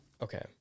Okay